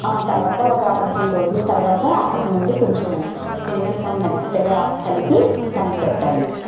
ఆ తరువాత ఒక పదిహేను రోజులు తరువాత అప్పటి నుంచి కొంచెం పెరుగన్నం మెత్తగా కలిపి దానికి పెట్టాలి